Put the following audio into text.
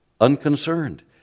unconcerned